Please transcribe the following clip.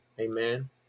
Amen